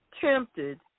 tempted